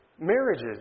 Marriages